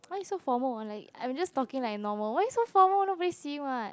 why so formal like I'm just talking like normal why so formal nobody see [what]